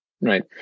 right